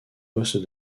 poste